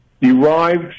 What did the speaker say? derived